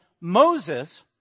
Moses